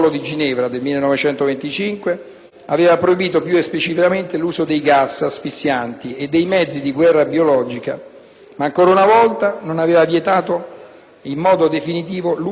ma ancora una volta non aveva vietato in modo definitivo l'uso di tali armi, perché era ancora consentito farvi ricorso, come risposta ad una eventuale aggressione con l'uso di armi chimiche.